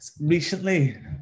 Recently